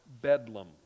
bedlam